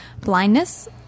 blindness